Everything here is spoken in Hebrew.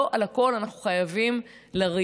לא על הכול אנחנו חייבים לריב.